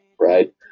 Right